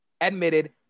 admitted